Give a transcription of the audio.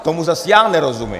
Tomu zase já nerozumím.